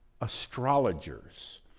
astrologers